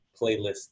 playlist